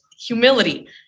humility